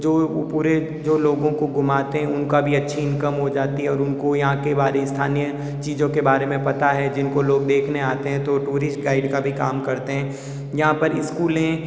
जो पूरे जो लोगों को घुमाने हैं उनका भी अच्छी इनकम हो जाती है और उनको यहाँ के बारे स्थानीय चीजों के बारे में पता है जिनको लोग देखने आते हैं तो टूरिस्ट गाइड का भी काम करते हैं यहाँ पर स्कूलें